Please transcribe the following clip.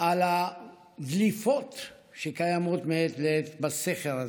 על הדליפות שקיימות מעת לעת בסכר.